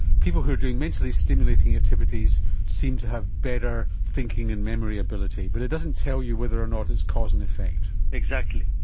people who do mentally stimulating activities seem to have better thinking and memory ability. but it doesn't tell you whether or not it's cause and effect. exactly.